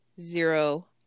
zero